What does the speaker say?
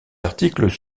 articles